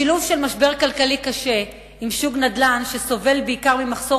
השילוב של משבר כלכלי קשה עם שוק נדל"ן שסובל בעיקר ממחסור